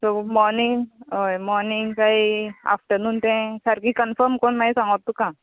so morning हय morning कांय afternoon तें सारकी कनफर्म करून सांगता तुका